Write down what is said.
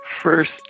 First